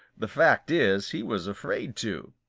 the fact is, he was afraid to.